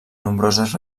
nombroses